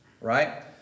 right